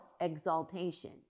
exaltation